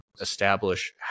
establish